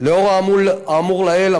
לאור האמור לעיל,